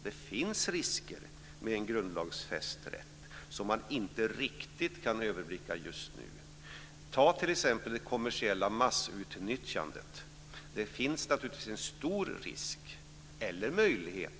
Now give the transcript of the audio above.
Det finns risker med en grundlagsfäst rätt som man inte riktigt kan överblicka just nu. Ta t.ex. det kommersiella massutnyttjandet. Där finns naturligtvis en stor risk eller en möjlighet.